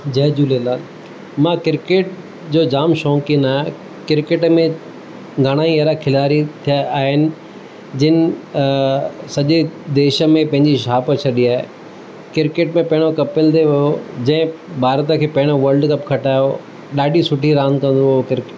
जय झूलेलाल मां क्रिकेट जो जाम शौक़ीनु आहियां क्रिकेट में घणई अहिड़ा खिलाड़ी थिया आहिनि जिन सॼे देश में पंहिंजी छाप छॾी आहे क्रिकेट में पहिरियों कपिल देव हुओ जंहिं भारत खे पहिरियों वल्ड कप खटायो ॾाढी सुठी रांदि कंदो हुओ क्रिकेट